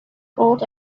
old